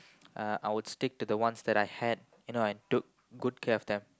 uh I would stick to the ones that I had you know I took good care of them